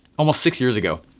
almost six years ago.